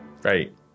Great